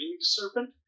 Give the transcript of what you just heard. serpent